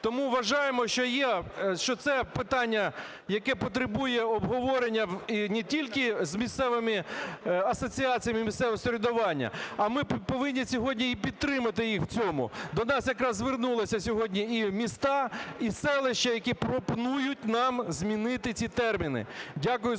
Тому вважаємо, що це питання, яке потребує обговорення не тільки з місцевими асоціаціями місцевого самоврядування, а ми повинні сьогодні і підтримати їх в цьому. До нас якраз звернулися сьогодні і міста, і селища, які пропонують нам змінити ці терміни.